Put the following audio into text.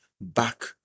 back